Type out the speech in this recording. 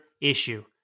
issue